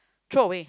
throw away